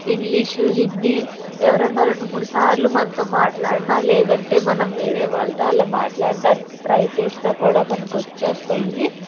English Hindi ఎవరన్నా రెండు మూడు సార్లు మనతో మాట్లాడినా లేదంటే మనం వేరే వాళ్ళతో అలా మాట్లాడడానికి ట్రై చేసినా కూడా మనకు వచ్చేస్తాయి